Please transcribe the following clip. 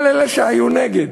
כל אלה שהיו נגד.